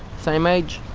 same age.